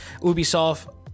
ubisoft